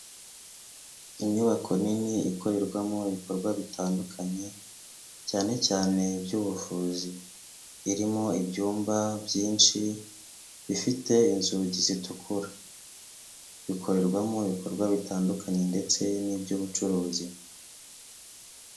Inyubako nini ikorerwamo ibikorwa bitandukanye cyane cyane iby'ubuvuzi, irimo ibyumba byinshi bifite inzugi zitukura, bikorerwamo ibikorwa bitandukanye ndetse n'iby'ubucuruzi.